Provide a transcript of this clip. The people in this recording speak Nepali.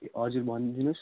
ए हजुर भनिदिनुहोस्